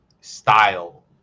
style